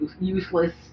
useless